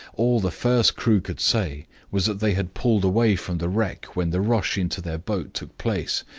all the first crew could say was that they had pulled away from the wreck when the rush into their boat took place,